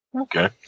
Okay